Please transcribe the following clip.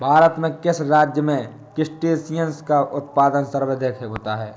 भारत के किस राज्य में क्रस्टेशियंस का उत्पादन सर्वाधिक होता है?